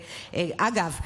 אגב,